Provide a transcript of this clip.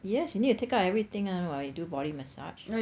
yes you need to take out everything [one] when you do body massage